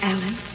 Alan